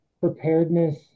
preparedness